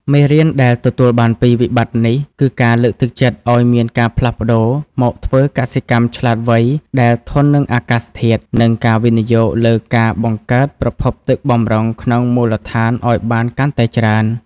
មេរៀនដែលទទួលបានពីវិបត្តិនេះ គឺការលើកទឹកចិត្តឱ្យមានការផ្លាស់ប្តូរមកធ្វើកសិកម្មឆ្លាតវៃដែលធន់នឹងអាកាសធាតុ និងការវិនិយោគលើការបង្កើតប្រភពទឹកបម្រុងក្នុងមូលដ្ឋានឱ្យបានកាន់តែច្រើន។